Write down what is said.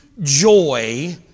Joy